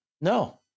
No